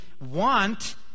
want